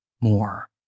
more